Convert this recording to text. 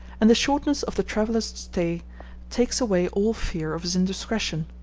and the shortness of the traveller's stay takes away all fear of his indiscretion.